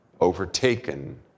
overtaken